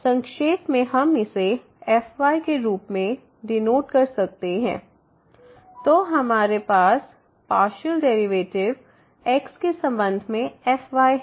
संक्षेप में हम इसे fy के रूप में डीनोट कर सकते हैं 2f∂x∂y∂x∂f∂yfy∂x तो हमारे पास पार्शियल डेरिवेटिव x के संबंध में fy है